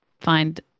find